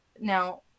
now